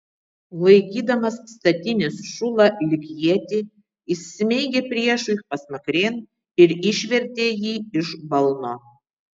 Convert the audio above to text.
laikydamas statinės šulą lyg ietį jis smeigė priešui pasmakrėn ir išvertė jį iš balno